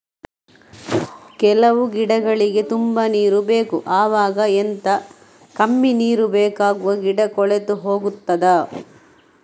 ಕೆಲವು ಗಿಡಗಳಿಗೆ ತುಂಬಾ ನೀರು ಬೇಕು ಅವಾಗ ಎಂತ, ಕಮ್ಮಿ ನೀರು ಬೇಕಾಗುವ ಗಿಡ ಕೊಳೆತು ಹೋಗುತ್ತದಾ?